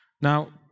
Now